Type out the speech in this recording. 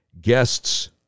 Guests